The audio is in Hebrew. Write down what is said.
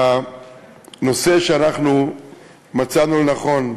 הנושא שאנחנו מצאנו לנכון,